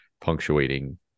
punctuating